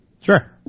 Sure